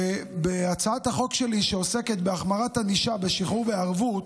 הצעת החוק שלי שעוסקת בהחמרת ענישה בשחרור בערבות,